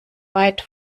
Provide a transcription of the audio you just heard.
weit